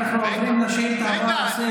אנחנו עוברים לשאילתה הבאה בסדר-היום,